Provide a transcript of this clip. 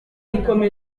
rwanda